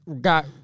got